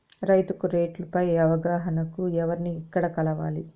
రైతుకు రేట్లు పై అవగాహనకు ఎవర్ని ఎక్కడ కలవాలి?